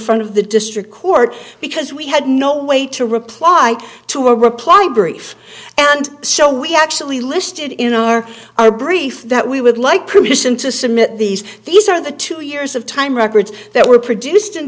front of the district court because we had no way to reply to a reply brief and so we actually listed in our our brief that we would like provision to submit these these are the two years of time records that were produced